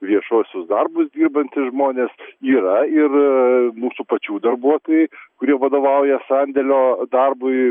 viešuosius darbus dirbantys žmonės yra ir mūsų pačių darbuotojai kurie vadovauja sandėlio darbui